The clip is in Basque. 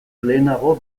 lehenago